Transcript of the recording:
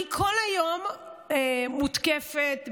אני כל היום מותקפת באינסטגרם,